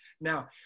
Now